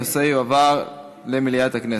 הנושא יועבר למליאת הכנסת.